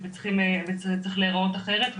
וזה צריך להראות אחרת.